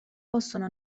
possono